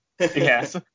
Yes